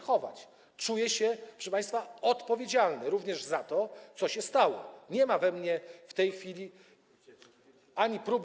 Czuję się, proszę państwa, odpowiedzialny również za to, co się stało, nie ma we mnie w tej chwili próby.